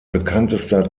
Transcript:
bekanntester